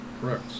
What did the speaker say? correct